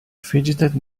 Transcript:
fidgeted